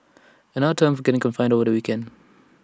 another term for getting confined over the weekend